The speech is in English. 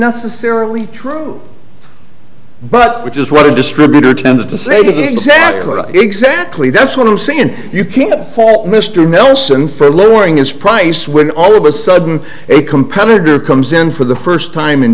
necessarily true but which is what a distributor tends to say exactly exactly that's what i'm saying and you can fault mr nelson for lowering his price when all of a sudden a competitor comes in for the first time in